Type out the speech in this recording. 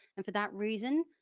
and for that reason,